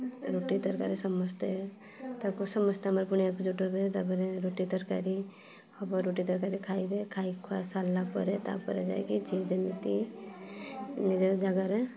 ରୁଟି ତରକାରୀ ସମସ୍ତେ ତାକୁ ସମସ୍ତେ ଆମର ପୁଣି ଏକଜୁଟ୍ ହେବେ ତା'ପରେ ରୁଟି ତରକାରୀ ହବ ରୁଟି ତରକାରୀ ଖାଇବେ ଖାଇ ଖୁଆ ସାରିଲା ପରେ ତା'ପରେ ଯାଇକି ଯିଏ ଯେମିତି ନିଜ ଜାଗାରେ